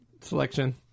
selection